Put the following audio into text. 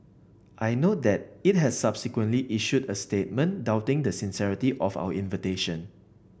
I note that it has subsequently issued a statement doubting the sincerity of our invitation